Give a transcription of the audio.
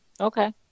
Okay